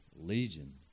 Legion